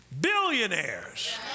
billionaires